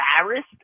embarrassed